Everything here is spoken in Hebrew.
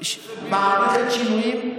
מערכת שינויים,